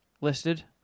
listed